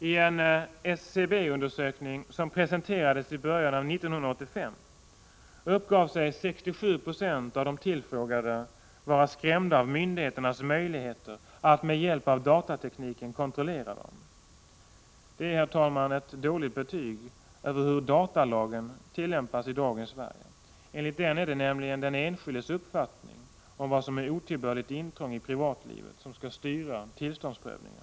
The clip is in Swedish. I en SCB-undersökning, som presenterades i början av 1985, uppgav sig 67 90 av de tillfrågade vara skrämda av myndigheternas möjligheter att med hjälp av datatekniken kontrollera dem. Det är, herr talman, ett dåligt betyg över hur datalagen tillämpas i dagens Sverige. Enligt den är det nämligen den enskildes uppfattning om vad som är otillbörligt intrång i privatlivet som skall styra tillståndsprövningen.